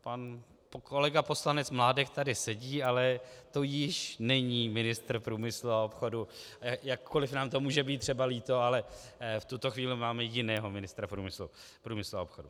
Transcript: Pan kolega poslanec Mládek tady sedí, ale to již není ministr průmyslu a obchodu, jakkoli nám to může být třeba líto, ale v tuto chvíli máme jiného ministra průmyslu a obchodu.